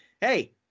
hey